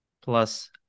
plus